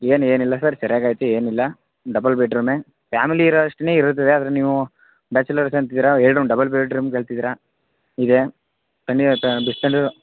ಏನು ಏನಿಲ್ಲ ಸರ್ ಸರಿಯಾಗೈತೆ ಏನಿಲ್ಲ ಡಬಲ್ ಬೆಡ್ರೂಮೆ ಫ್ಯಾಮಿಲಿ ಇರೋ ಅಷ್ಟೆನೇ ಇರುತ್ತದೆ ಆದರೆ ನೀವು ಬ್ಯಾಚುಲರ್ಸ್ ಅಂತಿದ್ದೀರಾ ಎರಡು ಡಬಲ್ ಬೆಡ್ರೂಮ್ ಕೇಳ್ತಿದ್ದೀರಾ ಇದೇ ತಣ್ಣೀರೆ ಸರ್ ಬಿಸಿ ತಣ್ಣೀರು